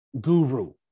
guru